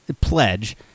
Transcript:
pledge